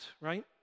right